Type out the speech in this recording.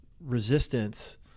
resistance